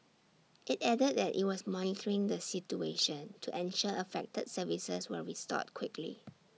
IT added that IT was monitoring the situation to ensure affected services were restored quickly